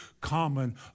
common